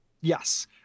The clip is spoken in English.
yes